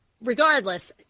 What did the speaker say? regardless